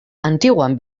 antiguan